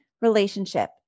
relationship